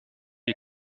est